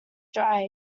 dry